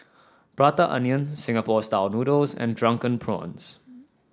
Prata Onion Singapore style noodles and Drunken Prawns